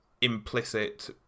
implicit